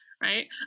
Right